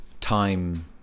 time